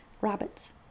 Rabbits